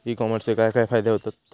E कॉमर्सचे काय काय फायदे होतत?